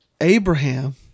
Abraham